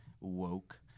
woke